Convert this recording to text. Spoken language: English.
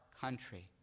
country